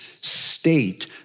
state